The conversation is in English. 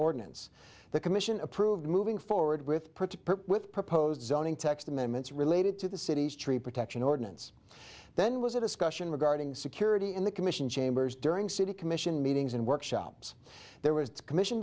ordinance the commission approved moving forward with with proposed zoning text amendments related to the city's tree protection ordinance then was a discussion regarding security in the commission chambers during city commission meetings and workshops there was commission